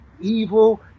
evil